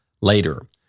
later